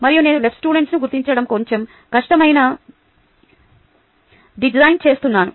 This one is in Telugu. మరియు నేను LS ను గుర్తించడం కొంచెం కష్టమైన డిజైన్ చేస్తున్నాను